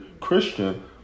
Christian